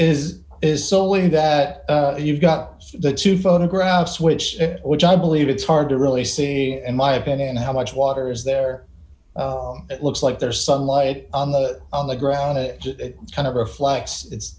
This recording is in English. is is solely that you got the two photographs which which i believe it's hard to really see and my opinion how much water is there it looks like there sunlight on the on the ground kind of reflects it's